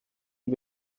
die